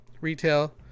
retail